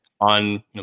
on